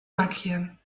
markieren